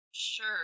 Sure